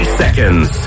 seconds